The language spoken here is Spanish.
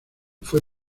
fue